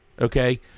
Okay